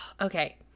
okay